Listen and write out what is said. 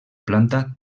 planta